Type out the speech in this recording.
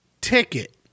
ticket